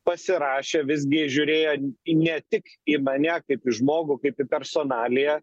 pasirašė visgi žiūrėjo į ne tik į mane kaip į žmogų kaip į personaliją